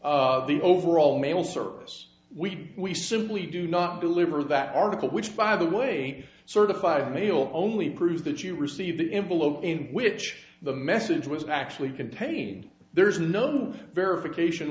the overall mail service we we simply do not deliver that article which by the way certified mail only proves that you received the envelope in which the message was actually contain there's none verification